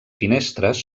finestres